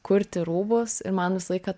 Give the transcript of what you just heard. kurti rūbus ir man visą laiką